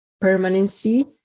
permanency